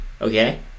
okay